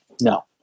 No